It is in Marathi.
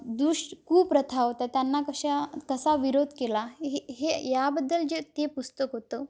दृष कुप्रथा होत्या त्यांना कशा कसा विरोध केला हे हे याबद्दल जे ते पुस्तक होतं